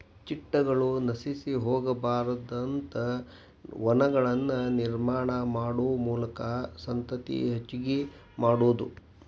ಚಿಟ್ಟಗಳು ನಶಿಸಿ ಹೊಗಬಾರದಂತ ವನಗಳನ್ನ ನಿರ್ಮಾಣಾ ಮಾಡು ಮೂಲಕಾ ಸಂತತಿ ಹೆಚಗಿ ಮಾಡುದು